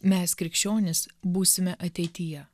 mes krikščionys būsime ateityje